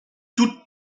tous